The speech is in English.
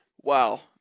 Wow